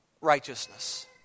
righteousness